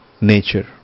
nature